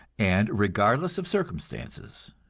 and regardless of circumstances.